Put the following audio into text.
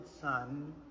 Son